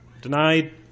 denied